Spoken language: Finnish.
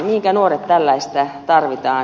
mihinkä nuoret tällaisia tarvitsevat